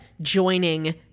joining